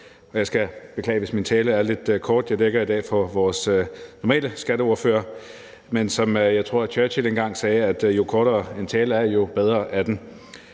Jeg skal beklage, hvis min tale er lidt kort – jeg er her i dag i stedet for vores normale skatteordfører – men som jeg tror, at Churchill engang sagde: Jo kortere en tale er, jo bedre er den.